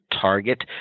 target